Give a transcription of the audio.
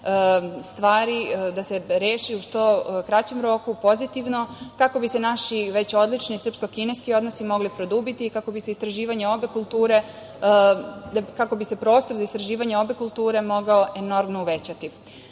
stvari reše u što kraćem roku pozitivno, kako bi se naši već odlični srpsko-kineski odnosi mogli produbiti i kako bi se prostor za istraživanje obe kulture mogao enormno uvećati. Takođe,